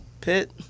pit